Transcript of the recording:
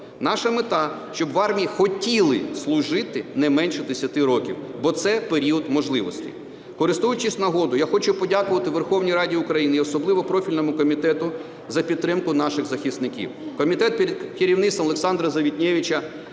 Наша мета – щоб в армії хотіли служити не менше десяти років, бо це період можливостей. Користуючись нагодою, я хочу подякувати Верховній Раді України і особливо профільному комітету за підтримку наших захисників. Комітет під керівництвом Олександра Завітневича